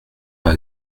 par